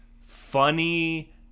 funny